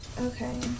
Okay